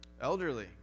Elderly